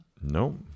Nope